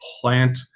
plant